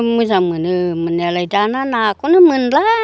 मोजां मोनो मोननायालाय दाना नाखौनो मोनला